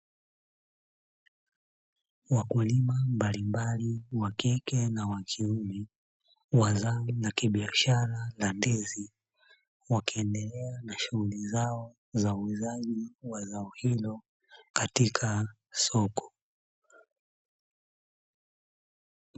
Wakulima mbalimbali wa kike na wa kiume wa zao la kibiashara la ndizi, wakiendelea na shughuli zao za uuzaji wa zao hilo katika soko.